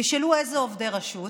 תשאלו אילו עובדי רשות?